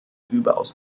überaus